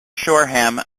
shoreham